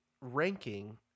ranking